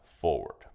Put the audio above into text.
forward